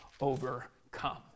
overcome